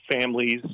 families